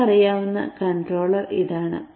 നമുക്കറിയാവുന്ന കൺട്രോളർ ഇതാണ്